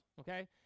okay